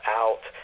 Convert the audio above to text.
out